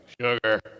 Sugar